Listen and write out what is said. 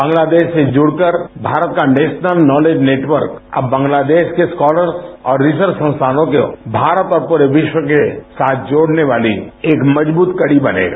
बांग्लादेश से जुड़कर भारत का नेशनल नॉलेज नेटवर्क अब बांग्लादेश के स्कॉलर्स और रिसर्च संस्थानों के भारत और पूरे विश्व के साथ जोड़ने वाली एक मजबूत कड़ी बनेगा